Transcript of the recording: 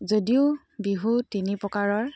যদিও বিহু তিনি প্ৰকাৰৰ